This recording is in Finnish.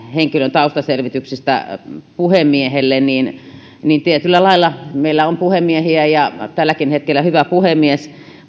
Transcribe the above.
taustaselvityksistä olisi mennyt puhemiehelle niin tietyllä lailla meillä on puhemiehiä ja tälläkin hetkellä hyvä puhemies